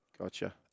Gotcha